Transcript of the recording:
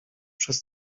przez